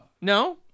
No